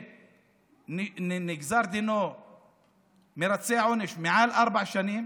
שמי שנגזר דינו ומרצה עונש מעל ארבע שנים